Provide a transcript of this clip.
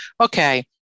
okay